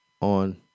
on